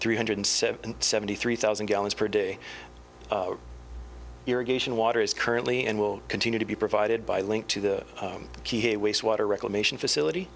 three hundred seventy seventy three thousand gallons per day irrigation water is currently and will continue to be provided by link to the key a waste water reclamation facility